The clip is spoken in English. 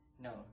No